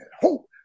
hope